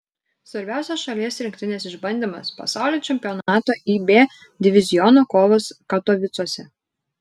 svarbiausias šalies rinktinės išbandymas pasaulio čempionato ib diviziono kovos katovicuose